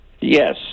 Yes